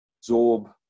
absorb